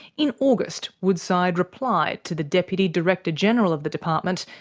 in august, woodside replied to the deputy director general of the department,